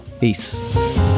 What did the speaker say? Peace